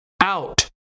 out